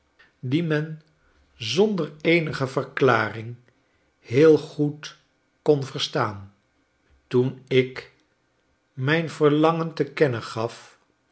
men zonder eenige verklaring heel goed kon verstaan toen ik mijn verlangen te kennen gaf